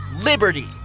liberty